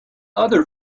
other